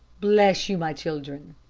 bless you, my children,